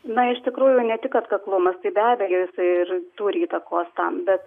na iš tikrųjų ne tik atkaklumas tai be abejo jisai ir turi įtakos tam bet